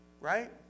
Right